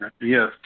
Yes